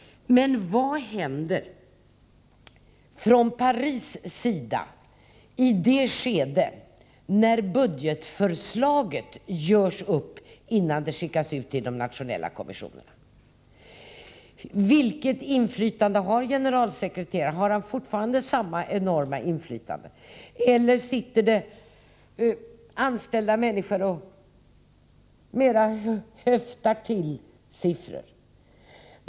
Men vad sker i Paris i det skede när budgetförslaget görs upp innan det skickas ut till de nationella kommissionerna? Vilket inflytande har generalsekreteraren? Har han fortfarande samma enorma inflytande eller sitter det anställda människor och mer eller mindre höftar till siffror?